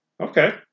Okay